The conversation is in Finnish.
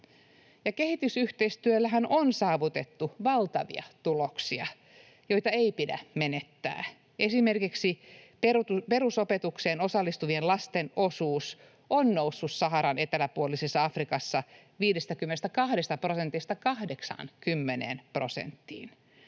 Kehitysyhteistyöllähän on saavutettu valtavia tuloksia, joita ei pidä menettää. Esimerkiksi perusopetukseen osallistuvien lasten osuus on noussut Saharan eteläpuolisessa Afrikassa 52 prosentista 80 prosenttiin.